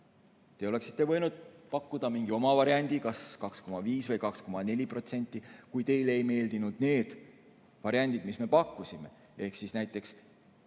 Te oleksite võinud pakkuda mingi oma variandi, kas 2,5% või 2,4%, kui teile ei meeldinud need variandid, mis meie pakkusime. Näiteks,